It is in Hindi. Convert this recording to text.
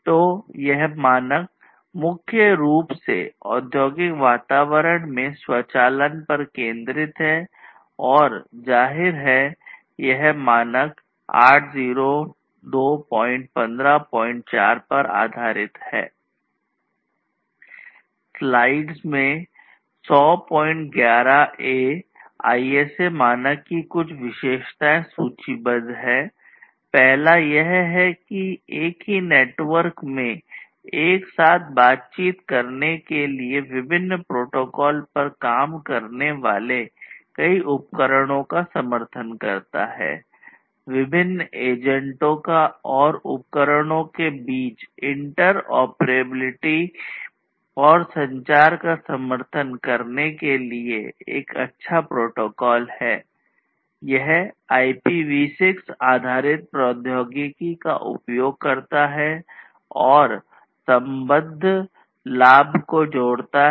तो यह मानक मुख्य रूप से औद्योगिक वातावरण में स्वचालन पर केंद्रित है और जाहिर है यह मानक 802154 पर आधारित है